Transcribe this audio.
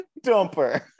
dumper